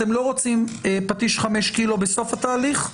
אתם לא רוצים פטיש 5 קילו בסוף התהליך,